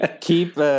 keep